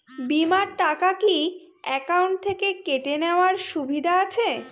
বিমার টাকা কি অ্যাকাউন্ট থেকে কেটে নেওয়ার সুবিধা আছে?